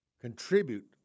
contribute